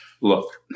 look